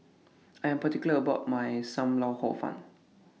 I Am particular about My SAM Lau Hor Fun